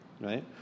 right